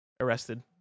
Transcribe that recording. Arrested